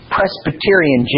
Presbyterian